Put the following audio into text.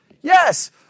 Yes